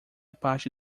parte